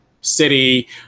city